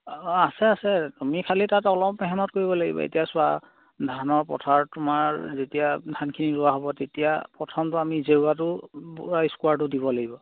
অঁ আছে আছে তুমি খালি তাত অলপ মেহনত কৰিব লাগিব এতিয়া চোৱা ধানৰ পথাৰত তোমাৰ যেতিয়া ধানখিনি ৰোৱা হ'ব তেতিয়া প্ৰথমটো আমি জেওৰাটো পূৰা স্কুৱাৰটো দিব লাগিব